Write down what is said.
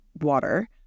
water